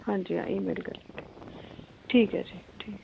हां जी हां ई मेल करी लैगे ठीक ऐ जी ठीक ऐ